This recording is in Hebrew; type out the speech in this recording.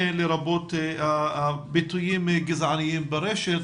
לרבות ביטויים גזעניים ברשת,